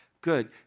Good